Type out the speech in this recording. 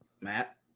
Matt